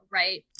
right